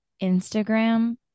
Instagram